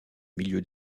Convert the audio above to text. milieu